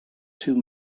two